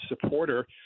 supporter